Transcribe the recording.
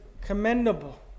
commendable